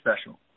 special